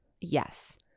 yes